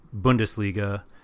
Bundesliga